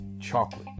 Chocolate